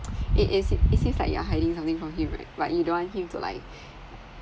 it it see~ it seems like you are hiding something from him right but you don't want him to like